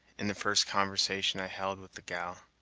in the first conversation i held with the gal.